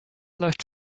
läuft